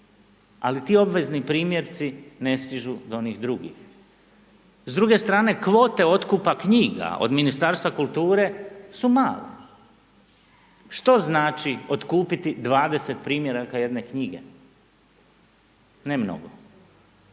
ali ti obvezni primjerci ne stižu do onih drugih. S druge strane, kvote otkupa knjiga od Ministarstva kulture su mala, što znači otkupiti 20 primjeraka jedne knjige? Ne mnogo.